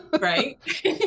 Right